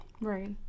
Right